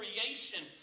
creation